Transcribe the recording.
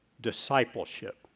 discipleship